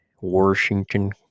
Washington